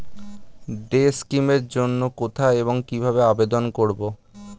Day scheme এর জন্য কোথায় এবং কিভাবে আবেদন করব?